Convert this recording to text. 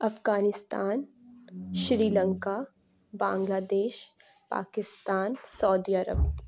Afghanistan Sri Lanka Bangladesh Pakistan سعودی عرب